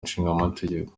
nshingamategeko